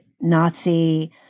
Nazi